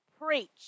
preach